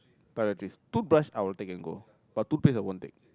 toiletries toothbrush I'll take and go but toothpaste I won't take